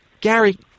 Gary